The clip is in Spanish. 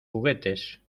juguetes